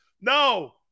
no